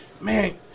man